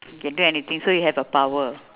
can do anything so you have a power